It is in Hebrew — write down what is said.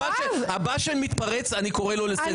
הבא שמתפרץ, אני קורא לו לסדר.